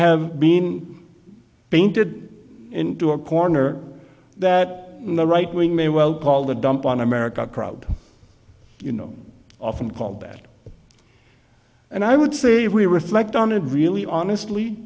have been painted into a corner that the right wing may well call the dump on america crowd you know often called bad and i would say if we reflect on it really honestly